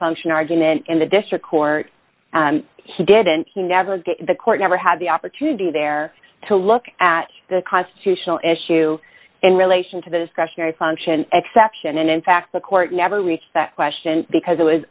function argument in the district court he didn't he never gave the court never had the opportunity there to look at the constitutional issue in relation to the discretionary function exception and in fact the court never reached that question because it was